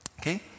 Okay